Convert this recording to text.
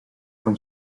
from